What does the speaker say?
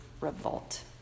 revolt